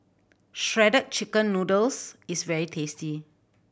Shredded Chicken Noodles is very tasty